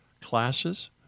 classes